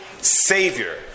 savior